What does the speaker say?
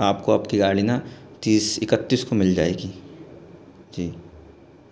आप को आप की गाड़ी ना तीस इकत्तीस को मिल जाएगी जी